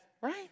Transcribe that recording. Right